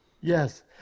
Yes